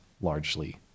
largely